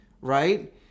right